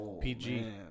PG